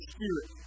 Spirit